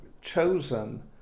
chosen